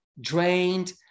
drained